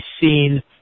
seen